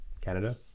Canada